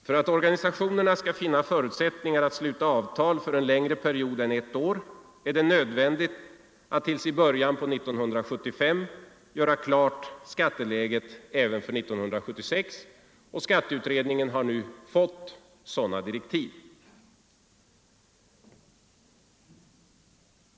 För att organisationerna skall finna förutsättningar att sluta avtal för en längre period än ett år är det nödvändigt att till i början på 1975 göra klart skatteläget även för 1976, och skatteutredningen har nu fått sådana direktiv.